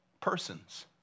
persons